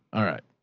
alright.